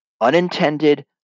unintended